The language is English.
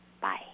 Bye